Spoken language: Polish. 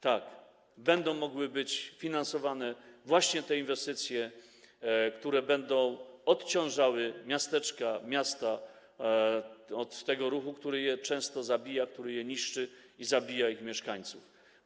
Tak, będą mogły być finansowane właśnie te inwestycje, które będą odciążały miasteczka i miasta i zmniejszały ten ruch, który często je zabija, który je niszczy i zabija ich mieszkańców.